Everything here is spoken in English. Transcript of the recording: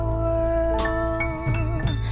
world